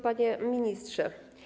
Panie Ministrze!